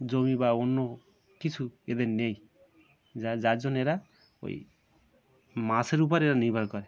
জমি বা অন্য কিছু এদের নেই যা যার জন্যে এরা ওই মাছের উপর এরা নির্ভর করে